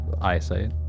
eyesight